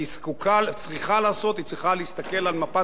היא צריכה להסתכל על מפת התקשורת הכוללת ולא